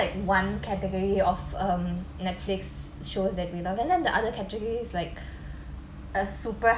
like one category of um netflix shows that we love and then the other categories like super